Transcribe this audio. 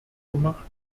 gemacht